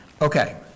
Okay